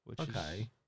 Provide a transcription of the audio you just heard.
Okay